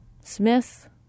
Smith